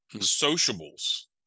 Sociables